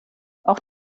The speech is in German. auch